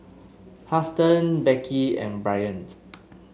Huston Becky and Bryant